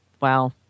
wow